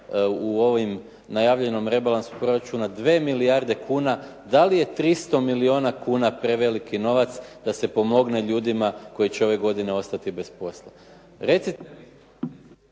u ovom najavljenom rebalansu proračuna 2 milijarde kuna da li je 300 milijuna kuna preveliki novac da se pomogne ljudima koji će ove godine ostati bez posla.